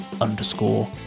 underscore